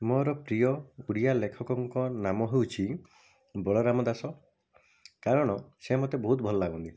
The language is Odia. ମୋର ପ୍ରିୟ ଓଡ଼ିଆ ଲେଖକଙ୍କ ନାମ ହେଉଛି ବଳରାମ ଦାସ କାରଣ ସେ ମୋତେ ବହୁତ ଭଲଲାଗନ୍ତି